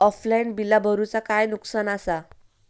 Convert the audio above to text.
Offline बिला भरूचा काय नुकसान आसा?